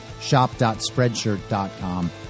Shop.Spreadshirt.com